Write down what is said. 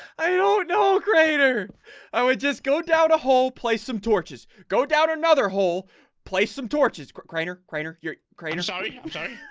i don't know greater i would just go down a whole place some torches go down another whole place some torches craner crater your crater. sorry, okay?